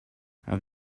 have